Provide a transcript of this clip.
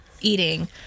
eating